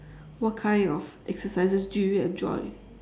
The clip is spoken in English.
what kind of exercises do you enjoy